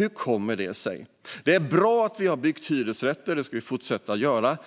Hur kommer det sig? Det är bra att vi har byggt hyresrätter; det ska vi fortsätta att göra.